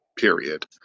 Period